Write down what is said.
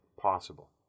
possible